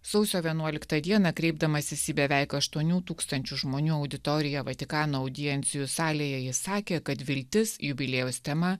sausio vienuoliktą dieną kreipdamasis į beveik aštuonių tūkstančių žmonių auditoriją vatikano audiencijų salėje jis sakė kad viltis jubiliejaus tema